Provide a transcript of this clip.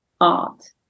art